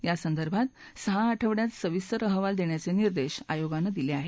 यासंदर्भात सहा आठवड्यात सविस्तर अहवाल देण्याचे निर्देश आयोगानं दिले आहेत